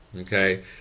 Okay